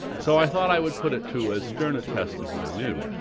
so i thought i would put it to as stern a test as i knew,